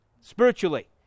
spiritually